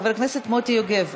חבר הכנסת מוטי יוגב,